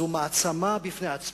זו מעצמה בפני עצמה.